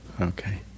Okay